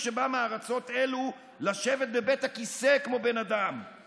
לרבי שיתפלל לה' שיגרש מכאן את הגויים לארץ ישראל,